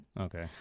okay